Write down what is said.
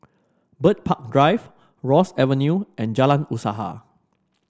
Bird Park Drive Ross Avenue and Jalan Usaha